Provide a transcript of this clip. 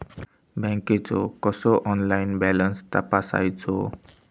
बँकेचो कसो online balance तपासायचो?